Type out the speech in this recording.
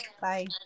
Bye